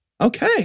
Okay